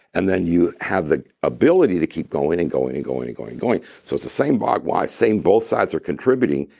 and then you have the ability to keep going and going and going and going and going. so it's the same bhagwan, same both sides are contributing.